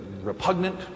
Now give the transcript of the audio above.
repugnant